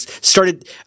started